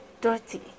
dirty